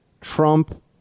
Trump